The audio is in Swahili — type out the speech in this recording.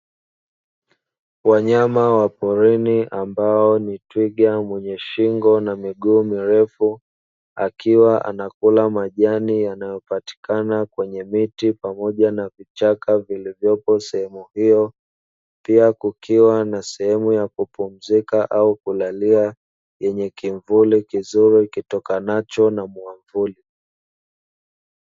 Wanyama wa porini ambao ni twiga mwenye shingo na miguu mirefu akiwa anakula majani yanayopatikana kwenye miti pamoja na vichaka vilivyopo, sehemu hiyo pia kukiwa na sehemu yakupumzika au kulalia yenye kimvuli kizuri kitokanacho na mwavuli.